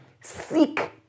Seek